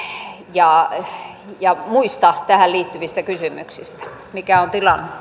ja ja muista tähän liittyvistä kysymyksistä mikä on tilanne